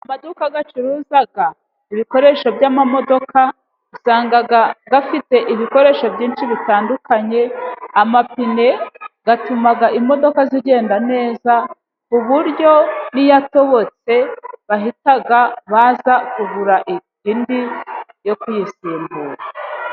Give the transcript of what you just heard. Amaduka acuruza ibikoresho by'amamodoka, usanga afite ibikoresho byinshi bitandukanye, amapine atuma imodoka zigenda neza, ku buryo n'iyatobotse, bahita baza kugura indi yo kuyisimbura.